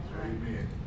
Amen